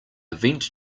vent